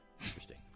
Interesting